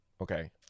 Okay